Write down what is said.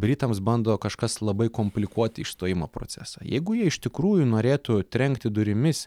britams bando kažkas labai komplikuot išstojimo procesą jeigu jie iš tikrųjų norėtų trenkti durimis